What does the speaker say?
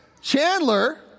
Chandler